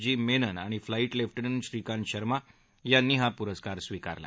जी मेनन आणि flight lieutenant Shrikant Sharma यांनी हा पुरस्कार स्वीकारला